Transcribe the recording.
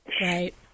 Right